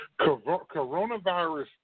Coronavirus